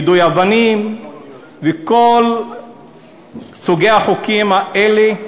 יידוי אבנים וכל סוגי החוקים האלה,